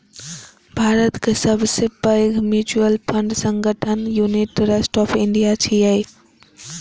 भारतक सबसं पैघ म्यूचुअल फंड संगठन यूनिट ट्रस्ट ऑफ इंडिया छियै